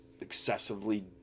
excessively